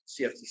CFTC